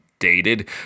dated